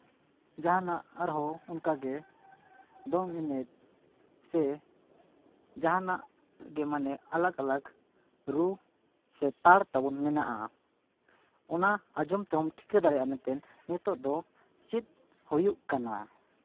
ᱡᱟᱦᱟᱱᱟᱜ ᱟᱨᱦᱚᱸ ᱚᱱᱠᱟ ᱜᱮ ᱫᱚᱝ ᱮᱱᱮᱡ ᱥᱮ ᱡᱟᱦᱟᱱᱟᱜ ᱜᱮ ᱢᱟᱱᱮ ᱟᱞᱟᱜᱽᱼᱟᱞᱟᱜᱽ ᱨᱩ ᱥᱮ ᱛᱟᱲ ᱛᱟᱵᱚᱱ ᱢᱮᱱᱟᱜᱼᱟ ᱚᱱᱟ ᱟᱸᱡᱚᱢ ᱛᱮᱦᱚᱢ ᱴᱷᱤᱠᱟᱹ ᱫᱟᱲᱮᱭᱟᱜᱼᱟᱢ ᱢᱮᱱᱛᱮ ᱱᱤᱛᱳᱜ ᱫᱚ ᱪᱮᱫ ᱦᱳᱭᱳᱜ ᱠᱟᱱᱟ